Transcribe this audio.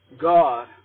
God